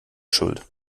schuld